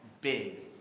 big